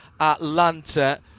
Atlanta